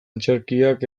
antzerkiak